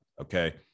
okay